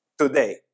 today